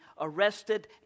arrested